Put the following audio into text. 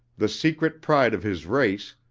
the secret pride of his race,